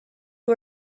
who